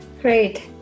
Great